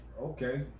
Okay